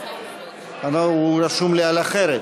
אבל הוא רשום לי על אחרת.